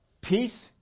Peace